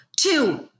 Two